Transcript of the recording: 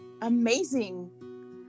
amazing